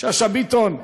שאשא ביטון,